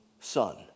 Son